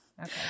Okay